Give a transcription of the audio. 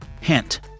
Hint